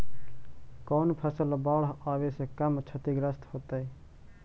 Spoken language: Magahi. कौन फसल बाढ़ आवे से कम छतिग्रस्त होतइ?